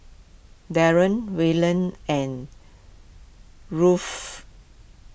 Wayland and